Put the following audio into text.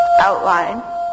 outline